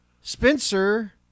Spencer